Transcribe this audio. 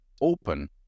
open